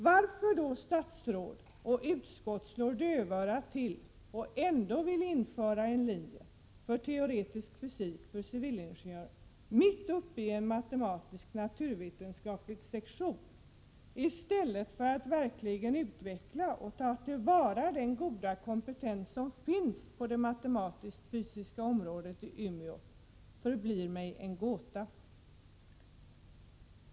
Varför statsråd och utskott slår dövörat till och ändå vill införa en linje för teoretisk fysik för civilingenjörer mitt uppe i en matematisk—naturvetenskaplig sektion, i stället för att verkligen utveckla och ta till vara den goda kompetens som finns på det matematiskfysiska området i Umeå, förblir en gåta för mig.